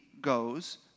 goes